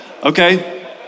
Okay